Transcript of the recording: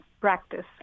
practice